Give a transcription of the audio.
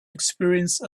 experience